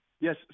Yes